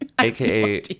AKA